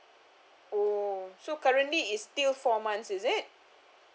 oh so currently is still four months is it